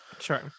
Sure